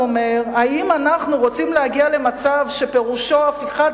הוא אומר: האם אנחנו רוצים להגיע למצב שפירושו "הפיכת